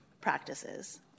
practices